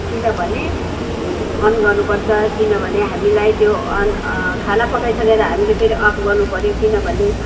किनभने अन गर्नुपर्छ किनभने हामीलाई त्यो अन खाना पकाइसकेर हामीले फेरि अफ गर्नुपऱ्यो किनभने